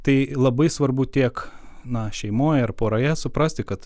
tai labai svarbu tiek na šeimoj ar poroje suprasti kad